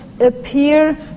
appear